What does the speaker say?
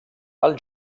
els